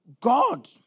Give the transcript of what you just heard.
God